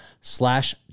slash